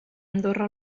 andorra